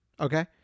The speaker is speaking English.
Okay